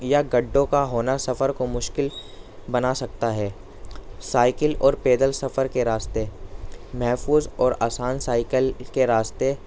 یا گڈوں کا ہونا سفر کو مشکل بنا سکتا ہے سائیکل اور پیدل سفر کے راستے محفوظ اور آسان سائیکل کے راستے